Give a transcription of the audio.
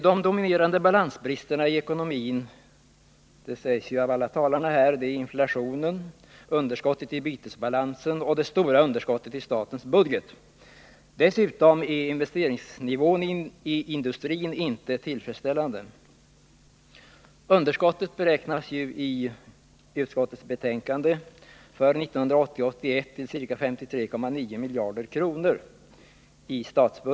De dominerande problemen när det gäller balansen i vår ekonomi är — vilket framhållits av föregående talare här — inflationen, underskottet i bytesbalansen och det stora underskottet i statens budget. Dessutom är investeringsnivån i industrin inte tillfredsställande. Underskottet i statsbudgeten beräknas enligt finansutskottets betänkande för budgetåret 1980/81 till ca 53,9 miljarder kronor.